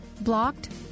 Blocked